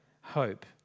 hope